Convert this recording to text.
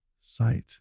sight